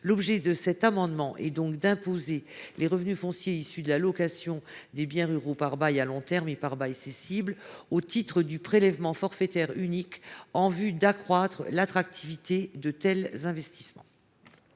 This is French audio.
L’objet de cet amendement est donc d’imposer les revenus fonciers issus de la location de biens ruraux par bail à long terme et par bail cessible au titre du prélèvement forfaitaire unique, en vue d’accroître l’attractivité de tels investissements.